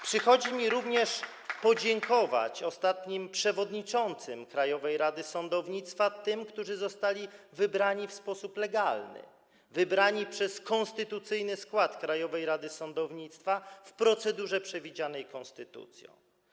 Przychodzi mi również podziękować ostatnim przewodniczącym Krajowej Rady Sądownictwa, którzy zostali wybrani w sposób legalny, wybrani przez konstytucyjny skład Krajowej Rady Sądownictwa, w procedurze przewidzianej konstytucją.